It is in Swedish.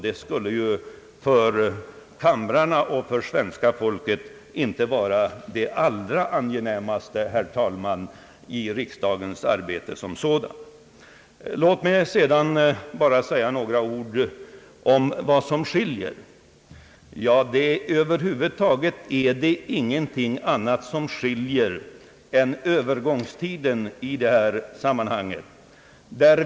Det skulle ju för kamrarna och för svenska folket inte vara det allra angenämaste, herr talman, i riksdagens arbete som sådant. Låt mig sedan bara anföra några ord om vad som skiljer. Över huvud taget är det ingenting annat som skiljer än övergångstiden.